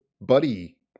buddy